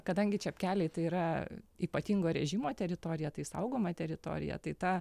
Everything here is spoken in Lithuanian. kadangi čepkeliai tai yra ypatingo režimo teritorija tai saugoma teritorija tai ta